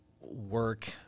work